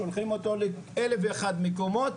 שולחים אותו לאלף ואחד מקומות,